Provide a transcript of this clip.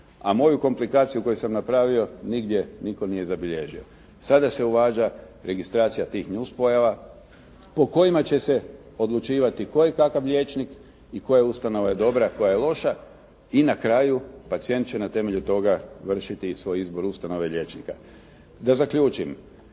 a moju komplikaciju koju sam napravio nigdje nitko nije zabilježio. Sada se uvađa registracija tih nuspojava po kojima će odlučivati tko je kakav liječnik i koja ustanova je dobra, koja loša i na kraju pacijent će na temelju toga vršiti i svoj izbor ustanove liječnika. Da zaključim,